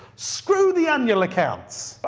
screw the annual accounts.